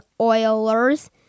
Oilers